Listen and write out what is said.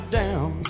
down